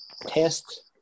test